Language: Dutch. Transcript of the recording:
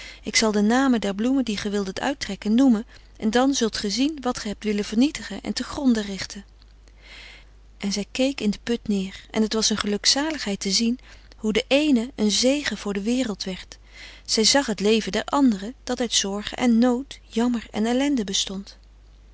ik zal de namen der bloemen die ge wildet uittrekken noemen en dan zult ge zien wat ge hebt willen vernietigen en te gronde richten en zij keek in den put neer en het was een gelukzaligheid te zien hoe de eene een zegen voor de wereld werd zij zag het leven der andere dat uit zorgen en nood jammer en ellende bestond